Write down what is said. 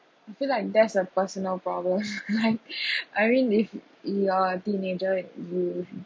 I feel like that's a personal problem like i mean if you're teenager you